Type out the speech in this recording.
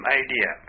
idea